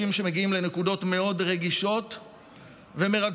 שמגיעים לנקודות מאוד רגישות ומרגשות.